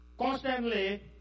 constantly